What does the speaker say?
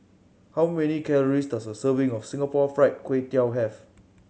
how many calories does a serving of Singapore Fried Kway Tiao have